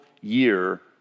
year